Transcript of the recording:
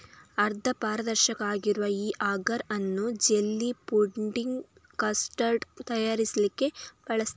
ಅರ್ಧ ಪಾರದರ್ಶಕ ಆಗಿರುವ ಈ ಅಗರ್ ಅನ್ನು ಜೆಲ್ಲಿ, ಫುಡ್ಡಿಂಗ್, ಕಸ್ಟರ್ಡ್ ತಯಾರಿಸ್ಲಿಕ್ಕೆ ಬಳಸ್ತಾರೆ